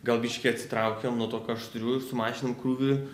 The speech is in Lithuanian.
gal biškį atsitraukiam nuo to ką aš turiu ir sumažinam krūvį